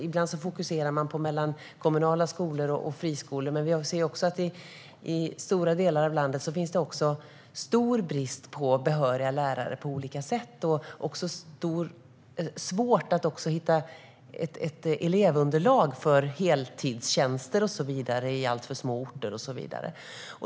Ibland fokuserar man på skillnader mellan kommunala skolor och friskolor, men vi ser också att det i stora delar av landet finns stor brist på behöriga lärare liksom att det är svårt att hitta ett elevunderlag för heltidstjänster på alltför små orter.